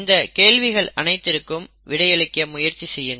இந்தக் கேள்விகள் அனைத்திற்கும் விடையளிக்க முயற்சி செய்யுங்கள்